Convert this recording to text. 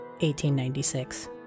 1896